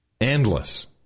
Endless